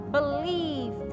Believe